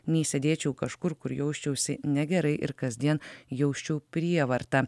nei sėdėčiau kažkur kur jausčiausi negerai ir kasdien jausčiau prievartą